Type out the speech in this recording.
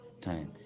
time